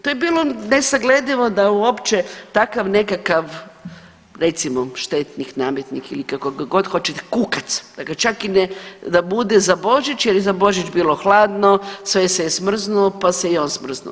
To je bilo nesagledivo da uopće takav nekakav recimo štetnik, nametnik ili kako ga god hoćete, kukac, da ga čak i ne, da bude za Božić jer je za Božić bilo hladno, sve se je smrznulo pa se i on smrznuo.